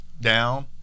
down